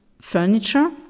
furniture